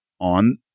on